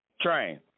Train